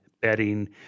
bedding